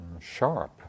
sharp